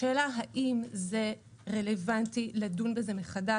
השאלה האם רלוונטי לדון בזה מחדש.